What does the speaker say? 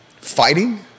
Fighting